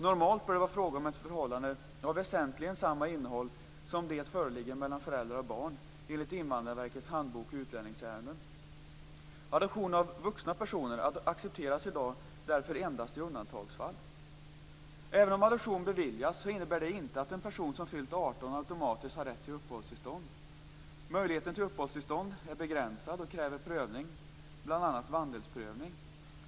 Normalt bör det vara fråga om ett förhållande av väsentligen samma innehåll som det som föreligger mellan föräldrar och barn, enligt Invandrarverkets handbok för utlänningsärenden. Adoption av vuxna personer accepteras i dag därför endast i undantagsfall. Även om adoption beviljas innebär det inte att en person som fyllt 18 år automatiskt har rätt till uppehållstillstånd. Möjligheten till uppehållstillstånd är begränsad och kräver prövning, bl.a. vandelsprövning.